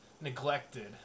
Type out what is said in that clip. neglected